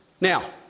Now